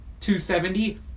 270